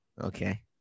Okay